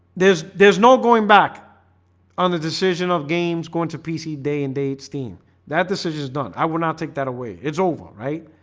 there's there's no going back on the decision of games going to pc day and day it's team that decisions done i will not take that away. it's over, right?